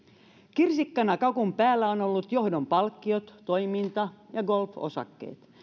kirsikkana kakun päällä ovat olleet johdon palkkiot toiminta ja golfosakkeet